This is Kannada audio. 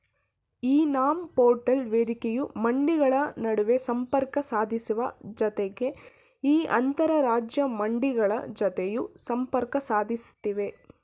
ಇ ನಾಮ್ ಪೋರ್ಟಲ್ ವೇದಿಕೆಯು ಮಂಡಿಗಳ ನಡುವೆ ಸಂಪರ್ಕ ಸಾಧಿಸುವ ಜತೆಗೆ ಈಗ ಅಂತರರಾಜ್ಯ ಮಂಡಿಗಳ ಜತೆಯೂ ಸಂಪರ್ಕ ಸಾಧಿಸ್ತಿವೆ